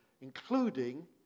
including